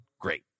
Great